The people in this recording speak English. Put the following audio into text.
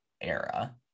era